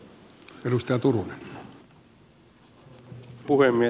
arvoisa puhemies